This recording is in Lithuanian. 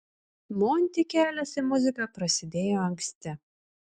monty kelias į muziką prasidėjo anksti